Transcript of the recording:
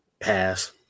Pass